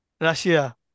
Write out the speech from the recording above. Russia